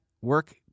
work